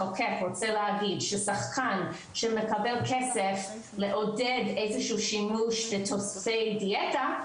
או המחוקק רוצה להגיד ששחקן שמקבל כסף לעודד איזשהו שימוש בתוספי דיאטה,